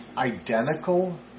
identical